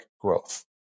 growth